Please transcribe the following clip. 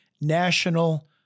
national